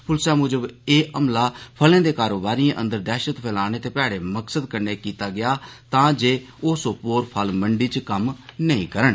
पुलसै मुजब एह् हमला फलें दे कारोबारिएं अंदर दैहशत फैलाने दे मैडे मकसद कन्नै कीता गेआ हा तांजे ओह् सोपोर फल मंडी च कम्म नेईं करन